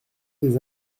des